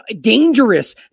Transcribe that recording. dangerous